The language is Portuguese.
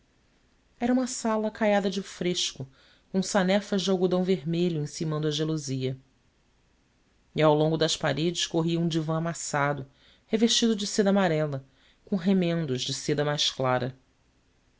era uma sala caiada de fresco com sanefas de algodão vermelho encimando a gelosia e ao longo das paredes corria um divã amassado revestido de seda amarela com remendos de seda mais clara